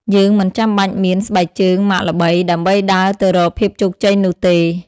យើងមិនចាំបាច់មាន "ស្បែកជើងម៉ាកល្បី" ដើម្បីដើរទៅរកភាពជោគជ័យនោះទេ។